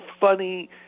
funny